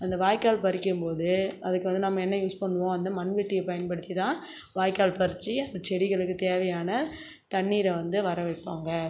அந்த வாய்க்கால் பறிக்கும்போது அதுக்கு வந்து நம்ம என்ன யூஸ் பண்ணுவோம் அந்த மண்வெட்டியை பயன்படுத்தி தான் வாய்க்கால் பறித்து அந்த செடிகளுக்கு தேவையான தண்ணீரை வந்து வர வைப்பாங்க